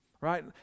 Right